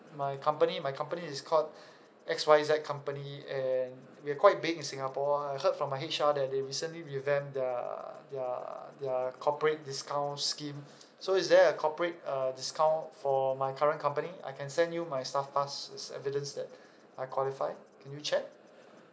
my company my company is called X Y Z company and we're quite big in singapore I heard from my H_R that they recently revamped their their their corporate discount scheme so is there a corporate uh discount for my current company I can send you my staff pass it's evidence that I qualified can you check